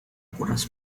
chorus